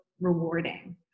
rewarding